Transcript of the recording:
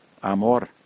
amor